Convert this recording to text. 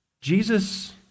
Jesus